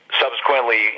subsequently